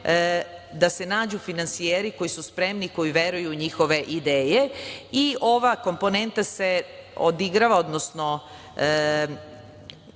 da se nađu finansijeri koji su spremni i koji veruju u njihove ideje. Ova komponenta se odigrava, odnosno